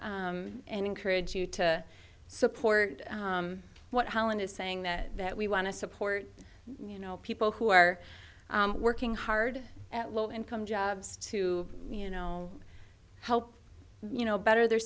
ask and encourage you to support what holland is saying that that we want to support you know people who are working hard at low income jobs to you know help you know better the